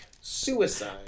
suicide